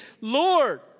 Lord